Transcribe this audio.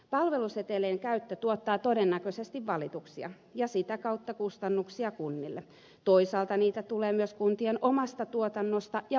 palvelusetelien käyttö tuottaa todennäköisesti valituksia ja sitä kautta kustannuksia kunnille toisaalta niitä tulee myös kuntien omasta tuotannosta ja ulkoistuksista